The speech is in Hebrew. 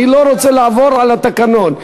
אני לא רוצה לעבור על התקנון.